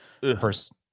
first